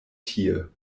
tie